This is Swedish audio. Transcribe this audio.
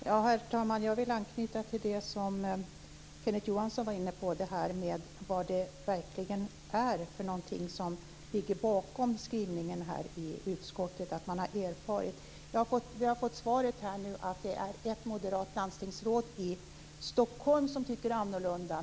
Herr talman! Jag vill anknyta till det som Kenneth Johansson var inne på, vad det verkligen är som ligger bakom skrivningen i utskottet "vad utskottet har erfarit". Vi har nu fått svaret att det är ett moderat landstingsråd i Stockholm som tycker annorlunda.